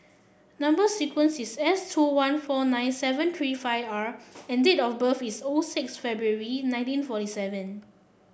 number sequence is S two one four nine seven three five R and date of birth is O six February nineteen forty seven